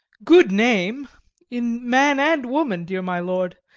good name in man and woman, dear my lord,